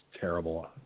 terrible